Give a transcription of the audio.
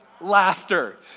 laughter